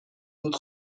فود